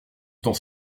temps